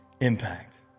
impact